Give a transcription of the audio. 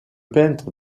peintre